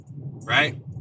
right